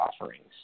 offerings